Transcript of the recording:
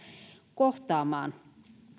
kohtaamaan